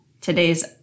today's